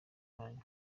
hanyu